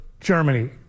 Germany